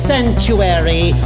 Sanctuary